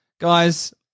Guys